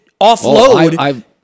offload